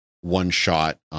one-shot